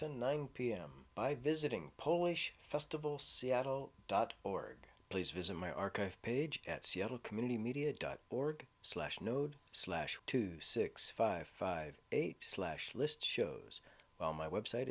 to nine pm i visiting polish festival seattle dot org please visit my archive page at seattle community media dot org slash node slash two six five five eight slash list shows well my website